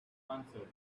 answered